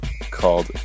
called